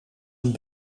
een